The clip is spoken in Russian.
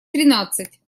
тринадцать